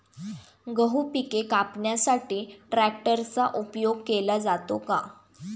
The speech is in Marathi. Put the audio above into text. गहू पिके कापण्यासाठी ट्रॅक्टरचा उपयोग केला जातो का?